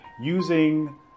Using